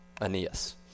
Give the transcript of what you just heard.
Aeneas